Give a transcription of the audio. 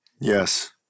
Yes